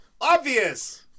Obvious